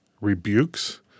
rebukes